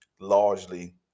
largely